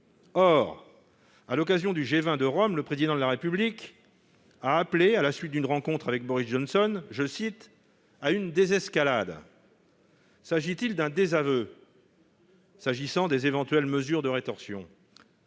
Or, lors du G20 de Rome, le Président de la République a appelé, à la suite d'une rencontre avec Boris Johnson, « à une désescalade ». S'agit-il d'un désaveu s'agissant d'éventuelles mesures de rétorsion ?